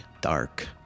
dark